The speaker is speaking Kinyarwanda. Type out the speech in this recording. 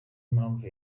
mpamvu